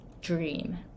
dream